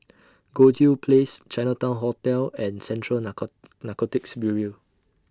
Goldhill Place Chinatown Hotel and Central Narco Narcotics Bureau